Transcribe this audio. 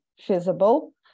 feasible